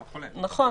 נכון.